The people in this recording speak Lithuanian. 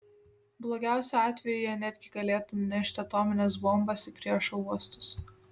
blogiausiu atveju jie netgi galėtų nunešti atomines bombas į priešo uostus